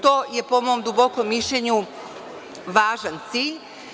To je po mom dubokom mišljenju važan cilj.